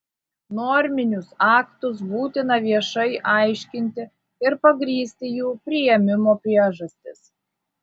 norminius aktus būtina viešai aiškinti ir pagrįsti jų priėmimo priežastis